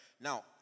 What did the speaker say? Now